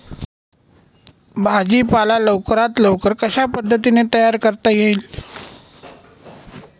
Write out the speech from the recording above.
भाजी पाला लवकरात लवकर कशा पद्धतीने तयार करता येईल?